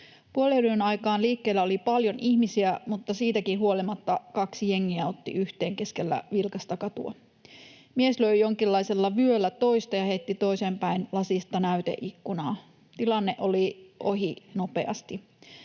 Puolenyön aikaan liikkeellä oli paljon ihmisiä, mutta siitäkin huolimatta kaksi jengiä otti yhteen keskellä vilkasta katua. Mies löi jonkinlaisella vyöllä toista ja heitti toisen päin lasista näyteikkunaa. Tilanne oli ohi nopeasti.